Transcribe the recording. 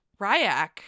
Ryak